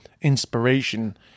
inspiration